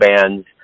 bands